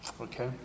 okay